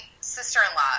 sister-in-law